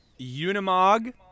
Unimog